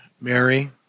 Mary